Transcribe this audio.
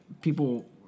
people